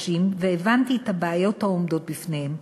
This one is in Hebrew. החירשים והבנתי את הבעיות העומדות בפניהם.